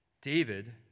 David